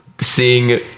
seeing